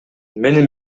менин